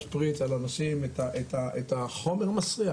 להשפריץ על אנשים את החומר המסריח,